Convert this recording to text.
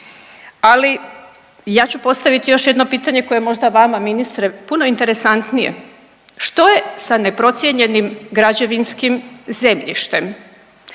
ali ja ću postaviti još jedno pitanje koje je možda vama ministre puno interesantnije. Što je sa neprocijenjenim građevinskim zemljištem?